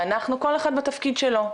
שאנחנו כל אחד בתפקיד שלו,